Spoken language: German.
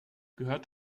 gehört